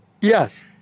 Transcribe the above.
Yes